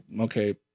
okay